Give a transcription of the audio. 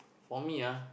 for me ah